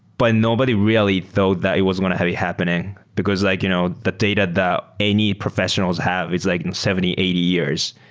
but nobody really though that i was going to be happening, because like you know the data that any professionals have is like in seventy, eighty years.